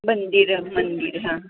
मंदिरं मंदिर हां